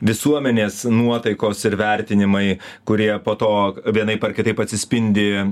visuomenės nuotaikos ir vertinimai kurie po to vienaip ar kitaip atsispindi